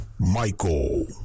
Michael